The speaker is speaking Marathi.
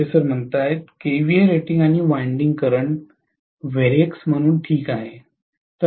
प्रोफेसरः केव्हीए रेटिंग आणि वाइंडिंग करंट व्हेरिएक्स म्हणून ठीक आहे